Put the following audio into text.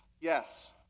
Yes